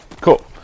Cool